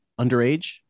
underage